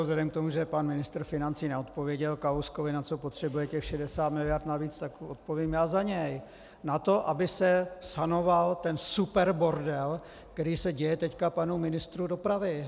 Vzhledem k tomu, že pan ministr financí neodpověděl Kalouskovi, na co potřebuje těch 60 miliard navíc, tak mu odpovím já za něj: na to, aby se sanoval ten superbordel, který se děje teď panu ministru dopravy.